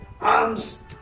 arms